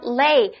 lay